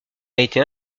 été